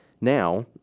now